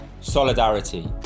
solidarity